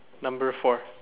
number four